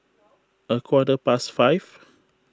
a quarter past five